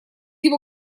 его